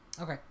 Okay